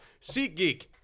SeatGeek